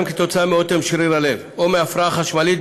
כתוצאה מאוטם שריר הלב או מהפרעה חשמלית,